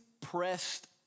pressed